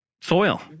soil